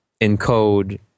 encode